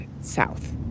south